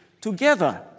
together